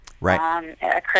right